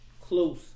close